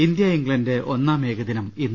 India England ഒന്നാം ഏകദിനം ഇന്ന്